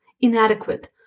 inadequate